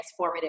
transformative